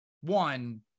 one